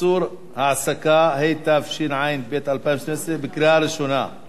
(איסור העסקה), התשע"ב 2012, של